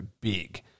big